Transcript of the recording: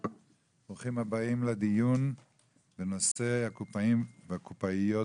ברוכים הבאים לדיון בנושא הקופאים והקופאיות